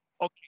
Okay